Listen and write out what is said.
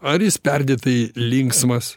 ar jis perdėtai linksmas